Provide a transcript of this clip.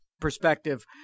perspective